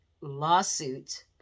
lawsuit